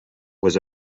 was